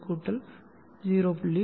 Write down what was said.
67 0